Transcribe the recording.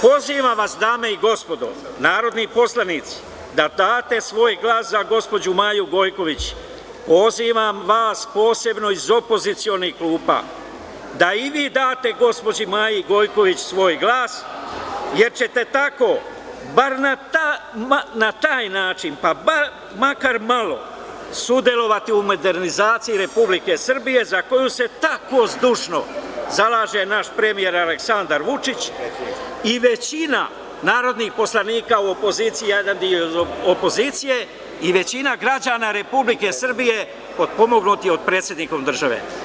Pozivam vas, dame i gospodo narodni poslanici, da date svoj glas za gospođu Maju Gojković, pozivam vas posebno iz opozicionih klupa, da i vi date gospođi Maji Gojković, svoj glas, jer ćete tako, bar na taj način, makar malo, sudelovati u modernizaciji Republike Srbije, za koju se tako zdušno zalaže naš premijer Aleksandar Vučić i većina narodnih poslanika u opoziciji i većina građana Republike Srbije, potpomognuti od predsednika države.